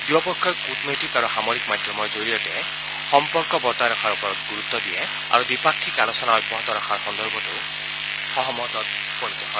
দুয়োপক্ষই কূটনৈতিক আৰু সামৰিক মাধ্যমৰ জৰিয়তে সম্পৰ্ক বৰ্তাই ৰখাৰ ওপৰত গুৰুত্ব দিয়ে আৰু দ্বিপাক্ষিক আলোচনা অব্যাহত ৰখাৰ সন্দৰ্ভতো সহমতত উপনীত হয়